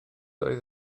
oedd